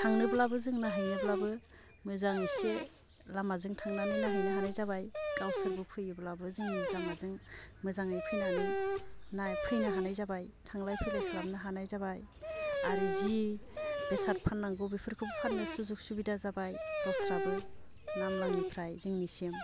थांनोब्लाबो जों नाहैनोब्लाबो मोजां इसे लामाजों थांनानै नाहैनो हानाय जाबाय गावसोरबो फैयोब्लाबो जोंनि लामाजों मोजाङै फैनानै फैनो हानाय जाबाय थांलाय फैलाय खालामनो हानाय जाबाय आरो जि बेसाद फाननांगौ बेफोरखौबो फाननो सुजुग सुबिदा जाबाय गावस्राबो नामलांनिफ्राय जोंनिसिम